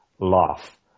laugh